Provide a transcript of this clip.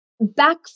back